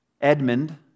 Edmund